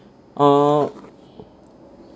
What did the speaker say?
um